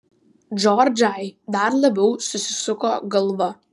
džordžai dar labiau susisuko galva